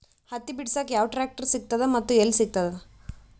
ಹತ್ತಿ ಬಿಡಸಕ್ ಯಾವ ಟ್ರಾಕ್ಟರ್ ಸಿಗತದ ಮತ್ತು ಎಲ್ಲಿ ಸಿಗತದ?